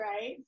right